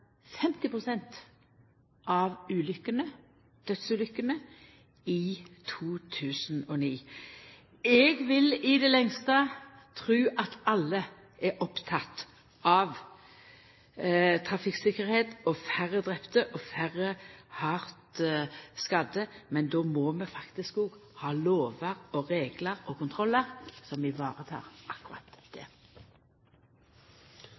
pst. av ulukkene – dødsulukkene – i 2009. Eg vil i det lengste tru at alle er opptekne av trafikktryggleik, færre drepne og færre hardt skadde, men då må vi faktisk ha lover og reglar og kontrollar som tek i vare akkurat det.